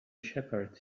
shepherds